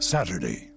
Saturday